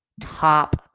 top